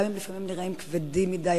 גם אם לפעמים הם נראים כבדים מדי,